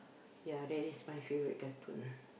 ya that is my favourite cartoon